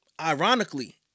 ironically